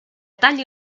talli